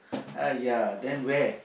!aiya! then where